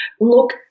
look